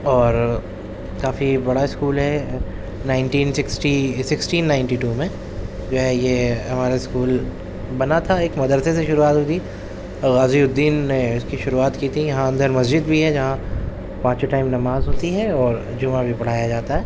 اور کافی بڑا اسکول ہے nineteen sixty sixteen ninety two میں جو ہے یہ ہمارا اسکول بنا تھا ایک مدرسے سے شروعات ہوئی تھی غازی الدین نے اس کی شروعات کی تھی یہاں اندر مسجد بھی ہے جہاں پانچوں ٹائم نماز ہوتی ہے اور جمعہ بھی پڑھایا جاتا ہے